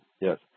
Yes